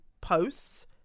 posts